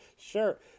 Sure